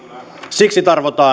siksi